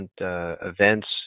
events